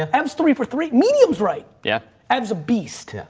and ev's three for three. medium's, right? yeah. ev's a beast. yeah.